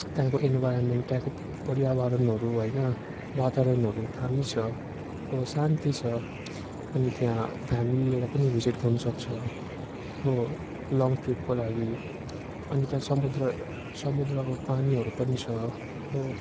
त्यहाँको इन्भाइरोमेन्ट त्यहाँको पर्यावरणहरू होइन वातावरणहरू दामी छ हो शान्ति छ अनि त्यहाँ फ्यामिली लिएर पनि भिजिट गर्नुसक्छ हो लङ्ग ट्रिपको लागि अनि त्यहाँ समुद्र समुद्रको पानीहरू पनि छ हो